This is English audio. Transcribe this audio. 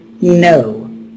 No